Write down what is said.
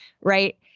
right